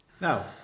Now